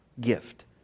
gift